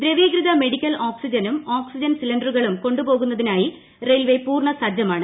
ദ്രവീകൃത മെഡിക്കൽ ഓക്സിജനും ഓക്സിജൻ സിലിൻഡറുകളും കൊണ്ടുപോകുന്നതിനായി റെയിൽവെ പൂർണ്ണസജ്ജമാണ്